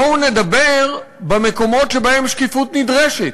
בואו נדבר במקומות שבהם שקיפות נדרשת.